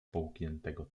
połkniętego